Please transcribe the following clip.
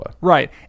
Right